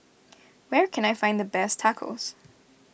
where can I find the best Tacos